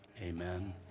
Amen